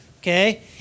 okay